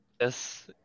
Yes